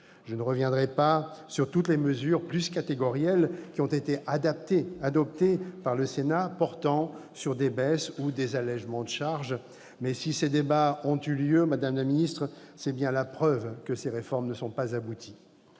Je ne reviendrai pas sur toutes les mesures, plus catégorielles, qui ont été adoptées par le Sénat portant sur des baisses ou des allégements de charges. Mais si ces débats ont eu lieu, madame la ministre, c'est bien la preuve que vos réformes ne sont pas abouties.